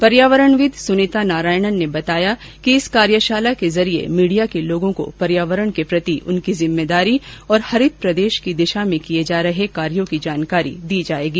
पर्यावरणविद सुनीता नारायणन ने बताया कि इस कार्यशाला के जरिए मीडिया के लोगों को पर्यावरण के प्रति उनकी जिम्मेदारी और हरित प्रदेश की दिशा में किए जा रहे कार्यों की जानकारी दी जाएगी